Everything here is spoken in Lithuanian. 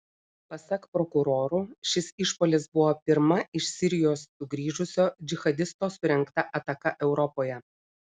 pasak prokurorų šis išpuolis buvo pirma iš sirijos sugrįžusio džihadisto surengta ataka europoje